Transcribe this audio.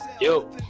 Yo